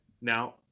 Now